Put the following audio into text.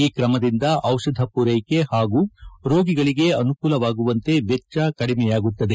ಈ ಕ್ರಮದಿಂದ ದಿಷಧ ಪೂರ್ನೆಕೆ ಹಾಗೂ ರೋಗಿಗಳಿಗೆ ಅನುಕೂಲವಾಗುವಂತೆ ವೆಚ್ಚ ಕಡಿಮೆಯಾಗುತ್ತದೆ